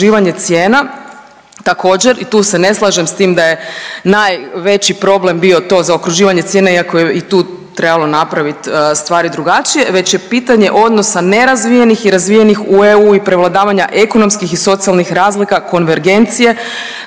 zaokruživanje cijena također i tu se ne slažem s tim da je najveći problem bio to zaokruživanje cijena iako je i tu trebalo napraviti stvari drugačije već je pitanje odnosa nerazvijenih u EU i prevladavanja ekonomskih i socijalnih razlika konvergencije